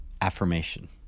affirmation